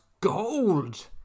gold